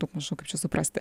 daugmaž o kaip čia suprasti